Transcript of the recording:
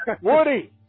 Woody